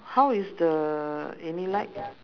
how is the any like